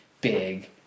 big